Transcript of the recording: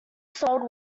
sold